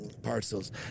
parcels